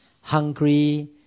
hungry